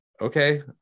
okay